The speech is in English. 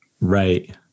Right